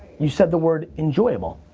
you said the word enjoyable.